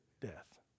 death